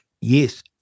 Yes